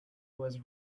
was